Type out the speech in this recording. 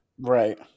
Right